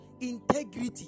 integrity